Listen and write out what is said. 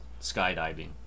skydiving